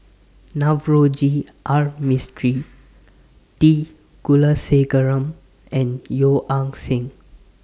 Navroji R Mistri T Kulasekaram and Yeo Ah Seng